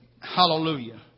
Hallelujah